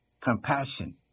Compassion